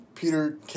Peter